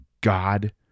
God